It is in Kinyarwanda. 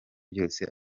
byose